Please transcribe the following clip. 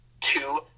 two